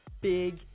Big